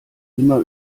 immer